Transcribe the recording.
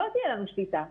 לא תהיה לנו שליטה,